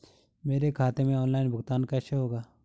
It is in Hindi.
मेरे खाते में ऑनलाइन भुगतान कैसे होगा?